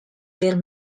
their